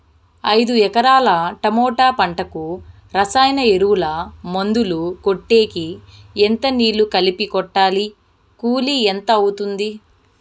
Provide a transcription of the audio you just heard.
ఐదు ఎకరాల టమోటా పంటకు రసాయన ఎరువుల, మందులు కొట్టేకి ఎంత నీళ్లు కలిపి కొట్టాలి? కూలీ ఎంత అవుతుంది?